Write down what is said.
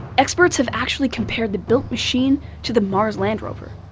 experts have actually compared the built machine to the mars land rover.